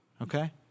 Okay